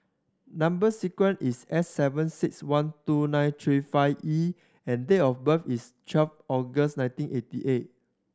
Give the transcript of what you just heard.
number sequence is S seven six one two nine three five E and date of birth is twelve August nineteen eighty eight